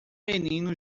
menino